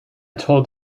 told